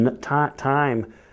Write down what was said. Time